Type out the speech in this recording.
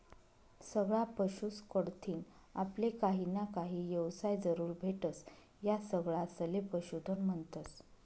सगळा पशुस कढतीन आपले काहीना काही येवसाय जरूर भेटस, या सगळासले पशुधन म्हन्तस